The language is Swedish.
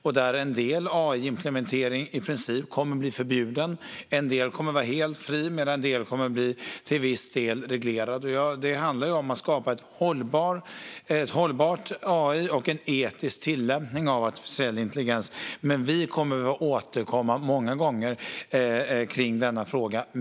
En del AI-implementering kommer i princip att bli förbjuden, en del helt fri och en del till viss del reglerad. Det handlar om att skapa hållbar AI och en etisk tillämpning av AI. Vi kommer att återkomma många gånger i denna fråga.